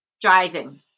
driving